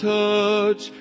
touch